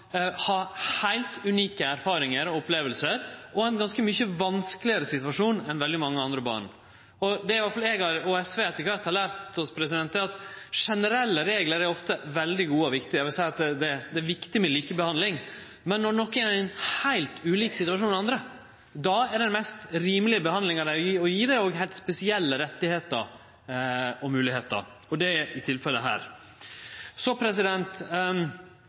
heilt unike erfaringar og opplevingar og ein ganske mykje vanskelegare situasjon enn veldig mange andre barn. Det som iallfall eg og SV etter kvart har lært oss, er at generelle reglar ofte er veldig gode og viktige, og at det er viktig med likebehandling, men når nokon er i ein heilt ulik situasjon enn andre, er den mest rimelege behandlinga å gje dei spesielle rettar og moglegheiter – og det er tilfellet her. Så